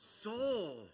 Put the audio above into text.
Soul